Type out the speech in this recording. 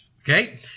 Okay